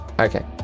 Okay